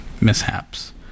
mishaps